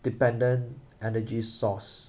dependent energy source